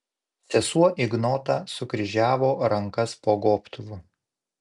sesuo ignota sukryžiavo rankas po gobtuvu